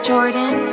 Jordan